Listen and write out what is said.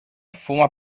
fuma